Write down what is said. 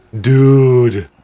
Dude